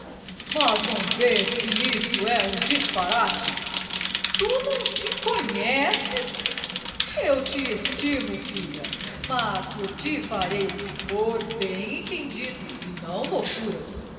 mas não vês que isso é um disparate tu não te conheces eu te estimo filha mas por ti farei o que for bem entendido e não loucuras